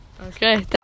Okay